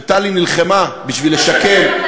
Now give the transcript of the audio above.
שטלי נלחמה בשביל לשקם,